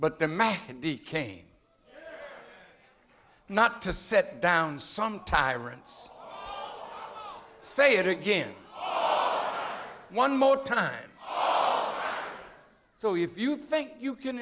but the man and became not to set down some tyrants say it again one more time so if you think you can